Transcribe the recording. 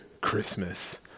Christmas